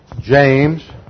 James